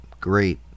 great